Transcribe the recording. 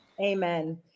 Amen